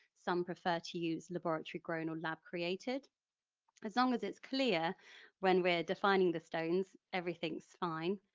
some prefer to use laboratory-grown or lab-created. as long as it's clear when we're defining the stones, everything's fine.